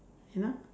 enough